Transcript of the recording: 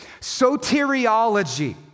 Soteriology